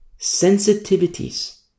sensitivities